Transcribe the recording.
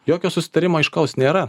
jokio susitarimo aiškaus nėra